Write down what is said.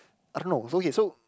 I don't know okay so